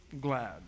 Glad